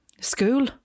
school